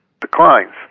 declines